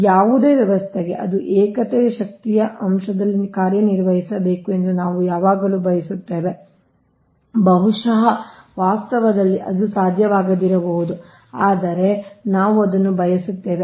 ಯಾವುದೇ ವ್ಯವಸ್ಥೆಗೆ ಅದು ಏಕತೆಯ ಶಕ್ತಿಯ ಅಂಶದಲ್ಲಿ ಕಾರ್ಯನಿರ್ವಹಿಸಬೇಕು ಎಂದು ನಾವು ಯಾವಾಗಲೂ ಬಯಸುತ್ತೇವೆ ಬಹುಶಃ ವಾಸ್ತವದಲ್ಲಿ ಅದು ಸಾಧ್ಯವಾಗದಿರಬಹುದು ಆದರೆ ನಾವು ಅದನ್ನು ಬಯಸುತ್ತೇವೆ